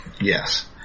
Yes